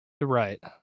Right